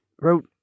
wrote